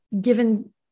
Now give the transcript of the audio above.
given